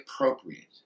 appropriate